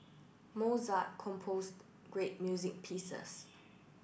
Mozart composed great music pieces